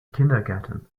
kindergarten